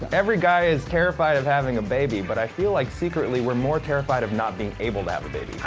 every guy is terrified of having a baby, but i feel like, secretly, we're more terrified of not being able to have a baby.